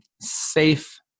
safe